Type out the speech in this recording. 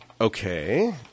Okay